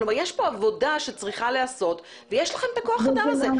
כלומר יש פה עבודה שצריכה להיעשות ויש לכם את כוח האדם הזה.